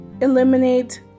eliminate